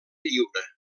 lliure